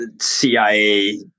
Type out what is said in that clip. CIA